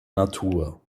natur